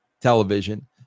television